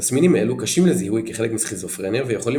תסמינים אלו קשים לזיהוי כחלק מסכיזופרניה ויכולים